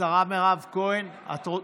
מירב כהן, את רוצה?